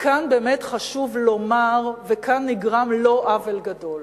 כאן באמת חשוב לומר, וכאן נגרם לו עוול גדול,